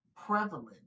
prevalent